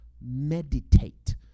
meditate